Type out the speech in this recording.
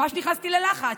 ממש נכנסתי ללחץ,